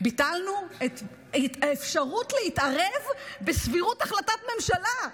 ביטלנו את האפשרות להתערב בסבירות החלטת ממשלה,